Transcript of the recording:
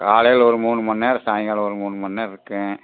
காலையில் ஒரு மூணு மணி நேரம் சாயங்காலம் ஒரு மூணு மணி நேரம் இருக்கும்